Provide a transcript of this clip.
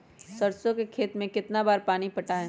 सरसों के खेत मे कितना बार पानी पटाये?